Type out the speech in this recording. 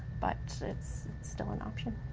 but it's it's still an option.